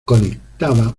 conectaba